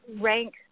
rank